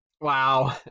Wow